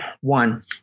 One